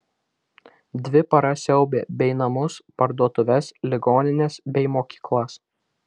dvi paras siaubė bei namus parduotuves ligonines bei mokyklas